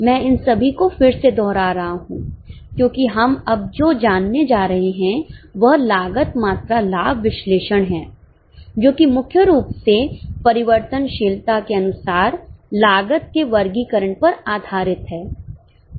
मैं इन सभी को फिर से दोहरा रहा हूं क्योंकि हम अब जो जानने जा रहे हैं वह लागत मात्रा लाभ विश्लेषण है जोकि मुख्य रूप से परिवर्तनशीलता के अनुसार लागत के वर्गीकरण पर आधारित है